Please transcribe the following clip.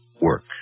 work